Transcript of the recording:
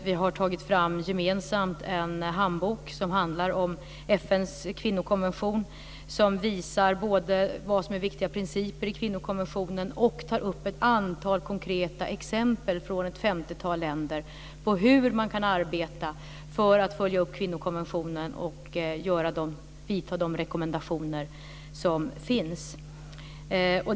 Vi har gemensamt tagit fram en handbok som handlar om FN:s kvinnokonvention, som både visar vad som är viktiga principer i kvinnokonventionen och tar upp ett antal konkreta exempel från ett femtiotal länder på hur man kan arbeta för att följa upp kvinnokonventionen och följa de rekommendationer som finns.